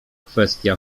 kwestia